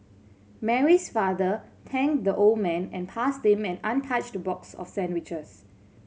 Mary's father thanked the old man and passed him an untouched box of sandwiches